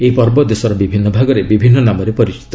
ଏହି ପର୍ବ ଦେଶର ବିଭିନ୍ନ ଭାଗରେ ବିଭିନ୍ନ ନାମରେ ପରିଚିତ